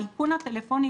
האיכון הטלפוני,